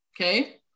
Okay